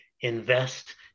invest